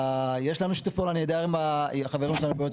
יש לנו שיתוף פעולה נהדר עם החברים שלנו בייעוץ